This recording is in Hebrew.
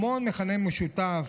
המון מכנים משותפים,